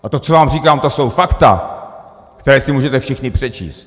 A to, co vám říkám, to jsou fakta, která si můžete všichni přečíst.